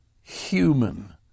human